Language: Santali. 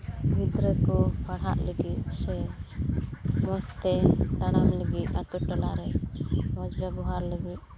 ᱜᱤᱫᱽᱨᱟᱹ ᱠᱚ ᱯᱟᱲᱦᱟᱜ ᱞᱟᱹᱜᱤᱫ ᱥᱮ ᱢᱚᱡᱽ ᱛᱮ ᱛᱟᱲᱟᱢ ᱞᱟᱹᱜᱤᱫ ᱟᱹᱛᱩ ᱴᱚᱞᱟ ᱨᱮ ᱢᱚᱡᱽ ᱵᱮᱵᱚᱦᱟᱨ ᱞᱟᱹᱜᱤᱫ